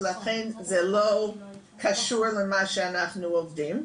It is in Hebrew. ולכן זה לא קשור למה שאנחנו עובדים.